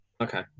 Okay